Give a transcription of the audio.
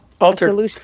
Alter